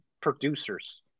producers